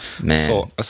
Man